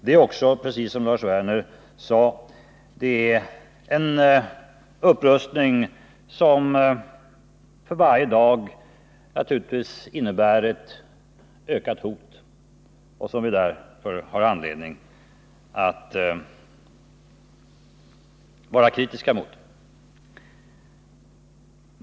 Det är också, precis som Lars Werner sade, en upprustning som för varje dag innebär ett ökat hot och som vi därför har anledning att vara kritiska mot.